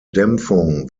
dämpfung